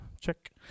check